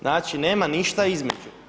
Znači, nema ništa između.